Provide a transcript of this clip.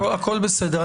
הכל בסדר.